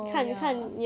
oh ya